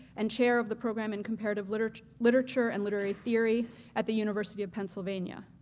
and chair of the program and comparative literature literature and literary theory at the university of pennsylvania.